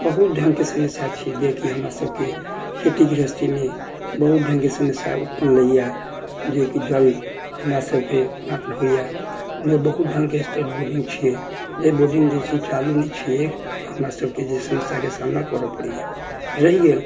बहुत ढङ्गके समस्या छै जेकि हमरा सभके खेती गृहस्थीमे बहुत ढङ्गके समस्या उत्पन्न लैए जेकि जल हमरा सभके प्राप्त होइया नहि बहुत ढङ्गके स्टेट बोर्डिङ्ग छियै नहि बोर्डिङ्ग जे छै चालू नहि छै एक हमरा सभके जे समस्याके सामना करऽ पड़ैया रहि गेल